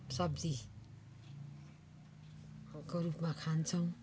सब्जीको रूपमा खान्छौँ